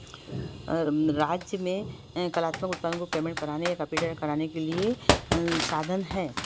राज्य में कलात्मक उपकरणों को कराने के लिए साधन हैं